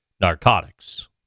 narcotics